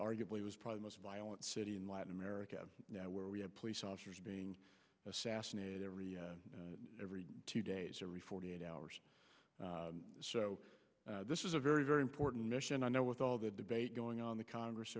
arguably was probably most violent city in latin america now where we have police officers being assassinated every every two days every forty eight hours so this is a very very important mission i know with all the debate going on the congress